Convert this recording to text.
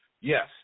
Yes